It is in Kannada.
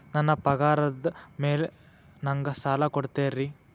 ನನ್ನ ಪಗಾರದ್ ಮೇಲೆ ನಂಗ ಸಾಲ ಕೊಡ್ತೇರಿ?